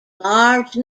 large